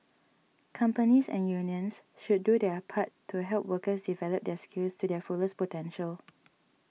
companies and unions should do their part to help workers develop their skills to their fullest potential